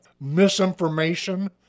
misinformation